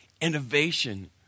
innovation